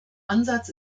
ansatz